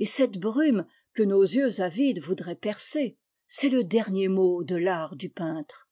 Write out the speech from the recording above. et cette brume que nos yeux avides voudraient percer c'est le dernier mot de l'art du peintre